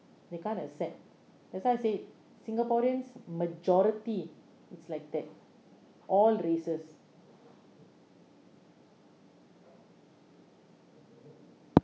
they can't accept that's why I said singaporeans majority is like that all races